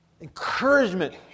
encouragement